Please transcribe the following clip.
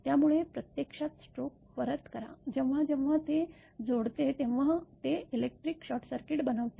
त्यामुळे प्रत्यक्षात स्टोक परत करा जेव्हा जेव्हा ते जोडते तेव्हा ते इलेक्ट्रिक शॉर्टसर्किट बनवते